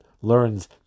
learns